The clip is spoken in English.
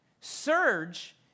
Surge